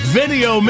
video